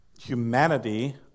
humanity